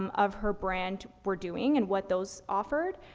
um of her brand were doing and what those offered.